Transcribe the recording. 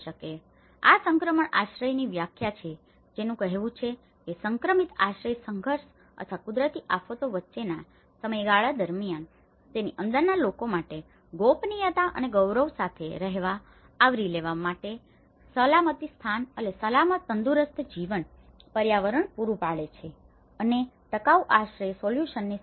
તેથી આ સંક્રમણ આશ્રયની વ્યાખ્યા છે જેનું કહેવું છે કે સંક્રમિત આશ્રય સંઘર્ષ અથવા કુદરતી આફતો વચ્ચેના સમયગાળા દરમિયાન તેની અંદરના લોકો માટે ગોપનીયતા અને ગૌરવ સાથે રહેવા માટે આવરી લેવામાં આવવા માટે રહેવા માટેનું સલામતીસ્થાન અને સલામત તંદુરસ્ત જીવન પર્યાવરણ પૂરું પાડે છે અને ટકાઉ આશ્રય સોલ્યુશનની સિદ્ધિ